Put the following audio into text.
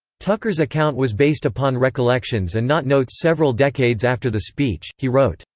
tucker's account was based upon recollections and not notes several decades after the speech he wrote,